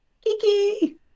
Kiki